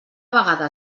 vegada